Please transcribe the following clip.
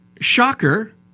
shocker